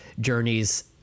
Journey's